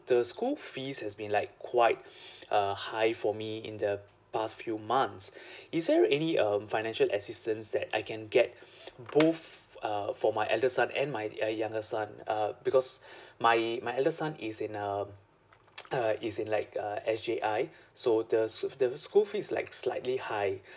the school fees has been like quite uh high for me in the past few months is there any um financial assistance that I can get both uh for my eldest son and my ya younger son uh because my my eldest son is in um uh is in like uh S_J_I so the so the school fee is like slightly high